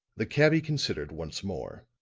the cabby considered once more.